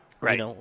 Right